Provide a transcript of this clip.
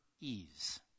ease